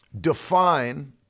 define